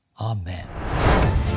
Amen